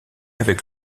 avec